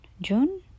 June